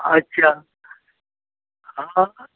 अच्छा हाँ